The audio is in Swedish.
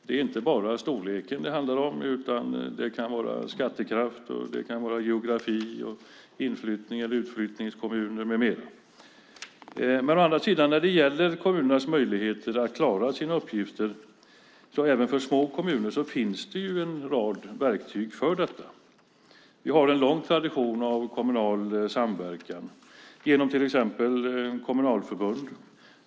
Det är inte bara storleken det handlar om utan det kan vara skattekraft, geografi, inflyttnings eller utflyttningskommuner med mera. När det gäller kommunernas möjligheter att klara sina uppgifter finns det även för små kommuner en rad verktyg. Vi har en lång tradition av kommunal samverkan genom till exempel kommunalförbund.